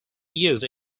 used